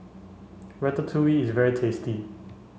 Ratatouille is very tasty